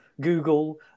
Google